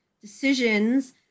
decisions